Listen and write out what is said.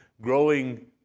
growing